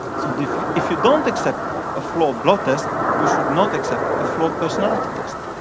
so if if you don't accept a flawed blood test, you should not accept a flawed personality test,